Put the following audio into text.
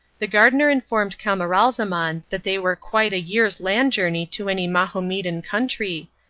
the gardener informed camaralzaman that they were quite a year's land journey to any mahomedan country,